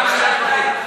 הוא מסודר.